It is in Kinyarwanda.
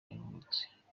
yavutse